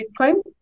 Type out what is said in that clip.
bitcoin